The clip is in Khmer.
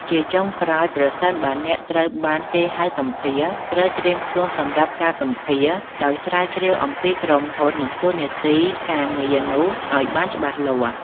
ជាចុងក្រោយ ប្រសិនបើអ្នកត្រូវបានគេហៅសម្ភាសន៍ ត្រូវត្រៀមខ្លួនសម្រាប់ការសម្ភាសន៍ ដោយស្រាវជ្រាវអំពីក្រុមហ៊ុន និងតួនាទីការងារនោះឱ្យបានច្បាស់លាស់។